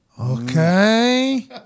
Okay